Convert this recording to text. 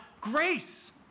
grace